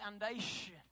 foundation